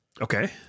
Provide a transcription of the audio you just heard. Okay